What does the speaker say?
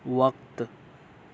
وقت